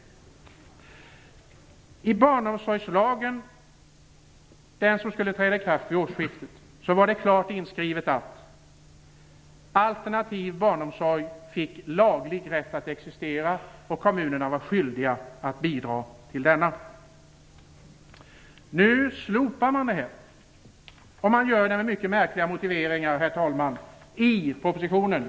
I barnomsorgslagen - den som skulle träda i kraft vid årsskiftet - var det klart inskrivet att alternativ barnomsorg fick laglig rätt att existera, och att kommunerna var skyldiga att bidra till denna. Nu slopar man detta, och med mycket märkliga motveringar, herr talman.